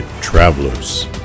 travelers